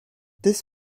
this